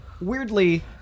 Weirdly